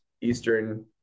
Eastern